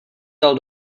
dal